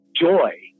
joy